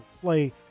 play